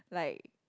like